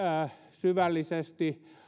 syvällisesti